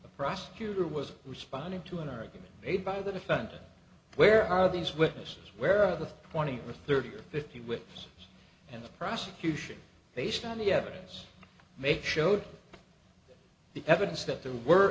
the prosecutor was responding to an argument made by the defendant where are these witnesses where the twenty or thirty or fifty whips and the prosecution based on the evidence make showed the evidence that there were